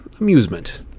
amusement